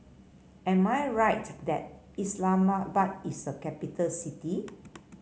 am I right that Islamabad is a capital city